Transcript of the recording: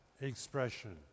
expression